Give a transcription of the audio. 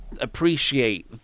appreciate